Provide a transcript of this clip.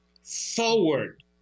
Forward